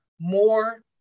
more